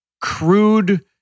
crude